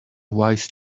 wise